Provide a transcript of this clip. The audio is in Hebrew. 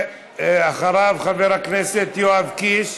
אחריו, חבר הכנסת יואב קיש.